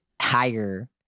higher